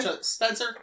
Spencer